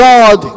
God